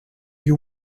you